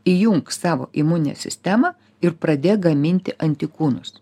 įjunk savo imuninę sistemą ir pradėk gaminti antikūnus